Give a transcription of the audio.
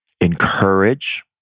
encourage